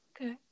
Okay